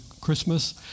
Christmas